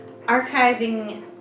archiving